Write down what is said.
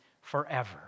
forever